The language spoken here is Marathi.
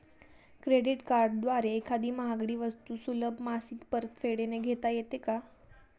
क्रेडिट कार्डद्वारे एखादी महागडी वस्तू सुलभ मासिक परतफेडने घेता येते का?